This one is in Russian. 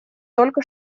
только